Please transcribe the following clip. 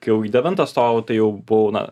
kai jau į devintą stojau tai jau buvau na